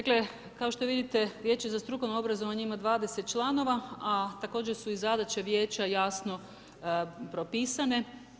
Dakle kao što vidite Vijeće za strukovno obrazovanje ima 20 članova a također su i zadaće vijeća jasno propisane.